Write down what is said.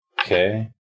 Okay